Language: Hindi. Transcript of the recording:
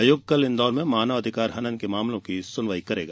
आयोग कल इन्दौर में मानव अधिकार हनन के मामलों की सुनवाई करेगा